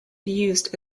used